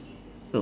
no